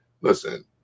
listen